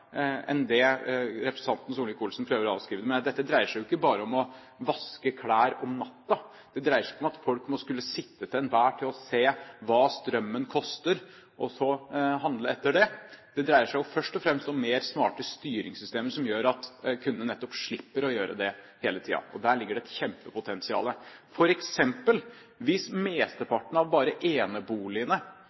enn det representanten Solvik-Olsen prøver å avskrive det med. Dette dreier seg jo ikke bare om å vaske klær om natten. Det dreier seg ikke om at folk til enhver tid må sitte og se hva strømmen koster, og så handle etter det. Det dreier seg jo først og fremst om mer smarte styringssystemer som gjør at kundene nettopp slipper å gjøre det hele tiden. Der ligger det et kjempepotensial. For eksempel: Hvis mesteparten av bare eneboligene